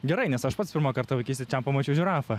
gerai nes aš pats pirmą kartą vaikystėj čian pamačiau žirafą